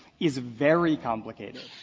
is very complicated.